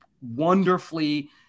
wonderfully